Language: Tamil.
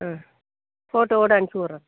ஆ ஃபோட்டோவோடு அனுப்பிச்சி விட்றேன்